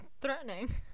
threatening